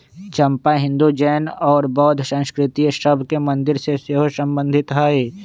चंपा हिंदू, जैन और बौद्ध संस्कृतिय सभ के मंदिर से सेहो सम्बन्धित हइ